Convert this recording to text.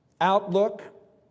outlook